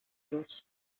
los